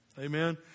Amen